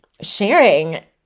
sharing